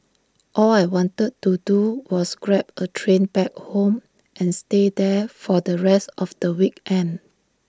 all I wanted to do was grab A train back home and stay there for the rest of the week end